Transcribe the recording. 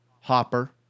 Hopper